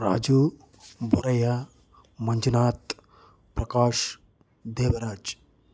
Raju Boraiah Manjunath Prakash Devaraj